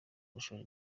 gushora